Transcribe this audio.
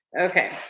Okay